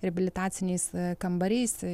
reabilitaciniais kambariais